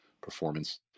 performance